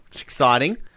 exciting